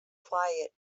quiet